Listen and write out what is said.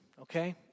okay